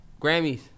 Grammys